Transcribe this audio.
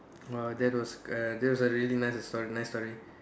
!wow! that was uh that's really a nice a story nice story